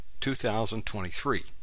2023